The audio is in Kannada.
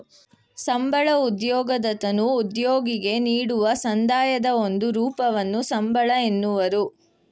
ಸಂಬಳ ಉದ್ಯೋಗದತನು ಉದ್ಯೋಗಿಗೆ ನೀಡುವ ಸಂದಾಯದ ಒಂದು ರೂಪವನ್ನು ಸಂಬಳ ಎನ್ನುವರು